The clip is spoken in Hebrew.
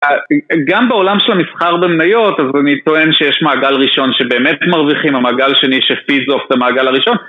גם בעולם של המסחר במניות, אז אני טוען שיש מעגל ראשון שבאמת מרוויחים, המעגל השני שפיזוף את המעגל הראשון.